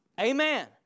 Amen